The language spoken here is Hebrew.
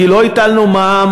איפה הוא,